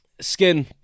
skin